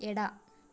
ಎಡ